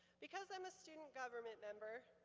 because i'm a student government member,